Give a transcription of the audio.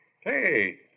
hey